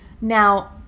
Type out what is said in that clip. Now